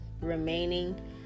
remaining